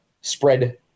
spread